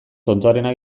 tontoarena